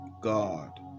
God